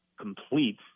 complete